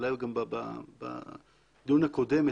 אולי גם בדיון הקודם,